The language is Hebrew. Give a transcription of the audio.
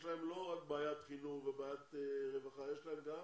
יש להם לא רק בעיית חינוך ובעיית רווחה יש להם גם